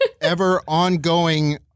ever-ongoing